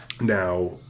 Now